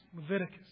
Leviticus